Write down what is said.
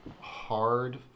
hard